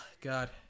God